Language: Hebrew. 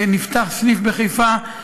שנפתח סניף בחיפה,